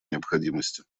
необходимости